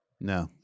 No